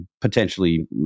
potentially